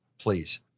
please